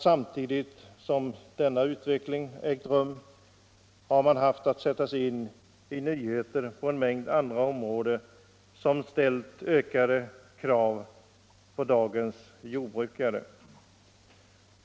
Samtidigt som denna utveckling ägt rum har vi haft att sätta oss in i nyheter på en mängd andra områden, där det ställs ökade krav på dagens jordbrukare.